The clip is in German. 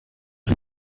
sie